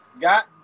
got